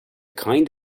kind